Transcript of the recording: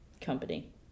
company